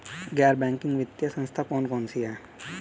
गैर बैंकिंग वित्तीय संस्था कौन कौन सी हैं?